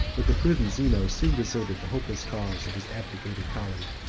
but the prudent zeno soon deserted the hopeless cause of his abdicated colleague.